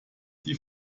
die